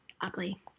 ugly